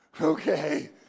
Okay